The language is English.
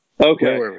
okay